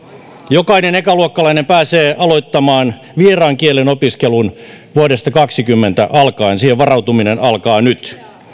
jokainen ekaluokkalainen pääsee aloittamaan vieraan kielen opiskelun vuodesta kaksikymmentä alkaen siihen varautuminen alkaa nyt